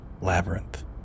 Labyrinth